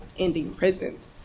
ending prisons.